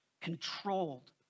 controlled